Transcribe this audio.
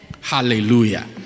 Hallelujah